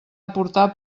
aportar